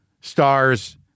stars